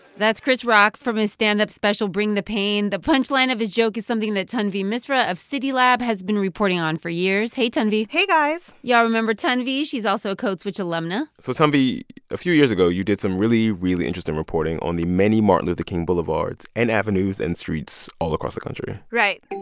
that's chris rock from his stand-up special bring the pain. the punchline of his joke is something that tanvi misra of citylab has been reporting on for years. hey, tanvi hey, guys y'all remember tanvi. she's also a code switch alumna so, tanvi, a few years ago, you did some really, really interesting reporting on the many martin luther king boulevards and avenues and streets all across the country right.